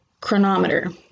chronometer